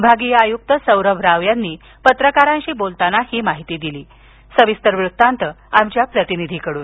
विभागीय आयुक्त सौरभ राव यांनी पत्रकारांशी बोलताना ही माहिती दिली सविस्तर वृत्तांत आमच्या प्रतिनिधीकडून